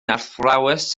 athrawes